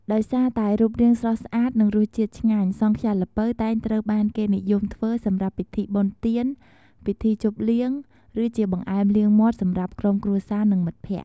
ដោយសារតែរូបរាងស្រស់ស្អាត និងរសជាតិឆ្ងាញ់ សង់ខ្យាល្ពៅតែងត្រូវបានគេនិយមធ្វើសម្រាប់ពិធីបុណ្យទាន ពិធីជប់លៀង ឬជាបង្អែមលាងមាត់សម្រាប់ក្រុមគ្រួសារ និងមិត្តភក្តិ។